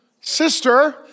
sister